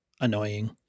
annoying